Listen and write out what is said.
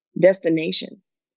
destinations